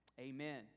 Amen